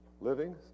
living